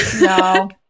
No